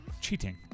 cheating